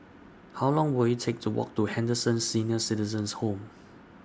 How Long Will IT Take to Walk to Henderson Senior Citizens' Home